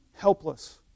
helpless